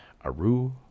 Aru